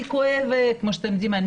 כפי שאתם יודעים,